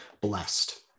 blessed